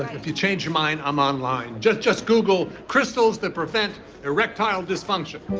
if you change your mind, i'm online. just just google crystals that prevent erectile dysfunction.